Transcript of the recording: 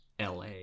la